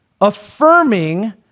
affirming